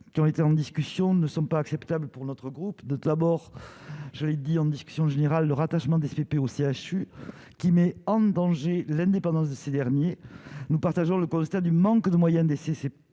qui ont été en discussion ne sont pas acceptables pour notre groupe de la mort, je l'ai dit en discussion générale le rattachement des au CHU, qui met en danger l'indépendance de ces derniers, nous partageons le constat du manque de moyens de